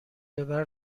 ببر